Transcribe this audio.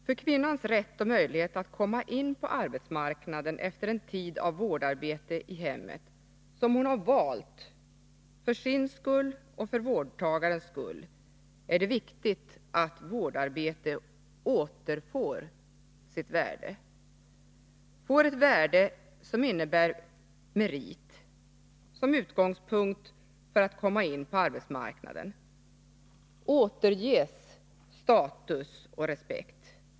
För kvinnans rätt och möjlighet att komma in på arbetsmarknaden efter en tid av vårdarbete i hemmet, som hon har valt för sin skull och för vårdtagarens skull, är det viktigt att vårdarbetet återfår sitt värde, dvs. får ett värde som innebär en merit som utgångspunkt för att komma in på arbetsmarknaden och återges status och respekt.